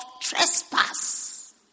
trespass